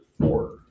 four